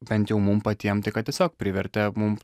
bent jau mum patiem tai kad tiesiog privertė mum